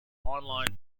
online